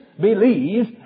believes